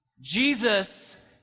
Jesus